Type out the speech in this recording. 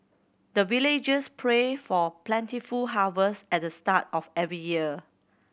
the villagers pray for plentiful harvest at the start of every year